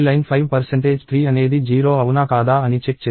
కాబట్టి ఈ లైన్ 53 అనేది 0 అవునా కాదా అని చెక్ చేస్తోంది